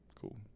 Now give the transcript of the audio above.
Cool